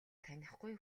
танихгүй